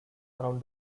around